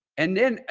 and then, ah